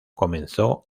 comenzó